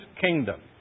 kingdom